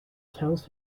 tells